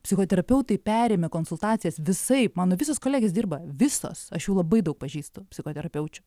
psichoterapeutai perėmė konsultacijas visaip mano visos kolegės dirba visos aš jų labai daug pažįstu psichoterapeučių